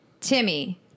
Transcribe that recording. Timmy